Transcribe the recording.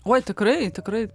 oi tikrai tikrai